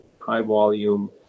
high-volume